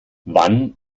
wann